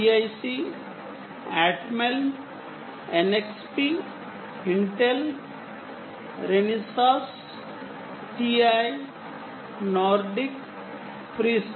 PIC Atmel NXP Intel Renissas TI Nordic Freescale